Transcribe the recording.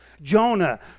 Jonah